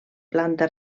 planta